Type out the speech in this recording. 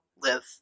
live